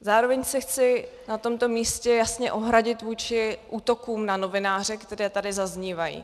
Zároveň se chci na tomto místě jasně ohradit vůči útokům na novináře, které tady zaznívají.